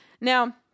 Now